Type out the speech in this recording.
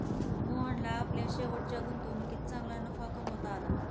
मोहनला आपल्या शेवटच्या गुंतवणुकीत चांगला नफा कमावता आला